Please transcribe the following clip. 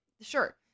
sure